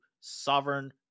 sovereign